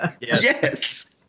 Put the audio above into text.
Yes